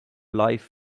life